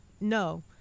No